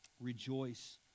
rejoice